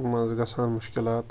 منٛزٕ گژھان مُشکلات